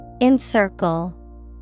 Encircle